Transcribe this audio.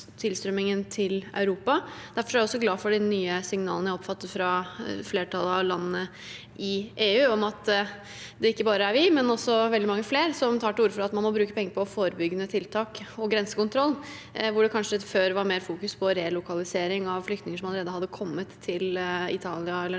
Derfor er jeg glad for de nye signalene jeg oppfatter fra flertallet av landene i EU, om at det ikke bare er vi, men veldig mange flere, som tar til orde for at man må bruke penger på forebyggende tiltak og grensekontroll der hvor det kanskje før var mer fokusering på relokalisering av flyktninger som allerede hadde kommet til Italia eller andre